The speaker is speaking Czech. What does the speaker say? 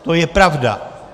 To je pravda.